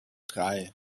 drei